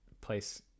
place